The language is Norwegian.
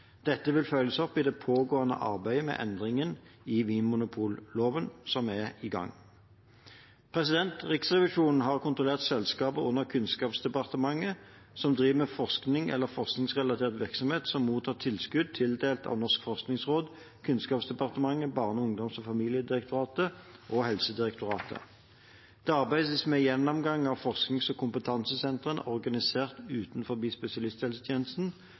Dette vil følges opp i det pågående arbeidet med endringer i vinmonopolloven. Riksrevisjonen har kontrollert selskaper under Kunnskapsdepartementet som driver med forskning eller forskningsrelatert virksomhet som mottar tilskudd tildelt av Norges forskningsråd, Kunnskapsdepartementet, Barne-, ungdoms- og familiedirektoratet og Helsedirektoratet. Det arbeides med en gjennomgang av forsknings- og kompetansesentre organisert utenfor spesialisthelsetjenesten